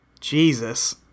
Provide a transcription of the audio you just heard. Jesus